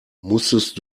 musstest